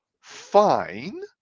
fine